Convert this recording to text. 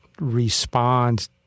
respond